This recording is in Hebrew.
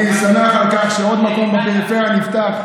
אני שמח על כך שבעוד מקום בפריפריה נפתח,